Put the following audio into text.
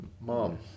mom